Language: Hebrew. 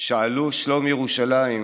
"שאלו שלום ירושלם,